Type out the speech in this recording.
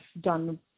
done